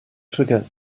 forget